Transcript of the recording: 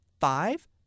five